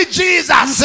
jesus